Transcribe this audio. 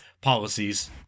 policies